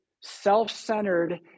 self-centered